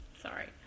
Sorry